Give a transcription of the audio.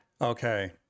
okay